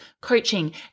coaching